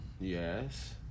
Yes